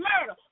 murder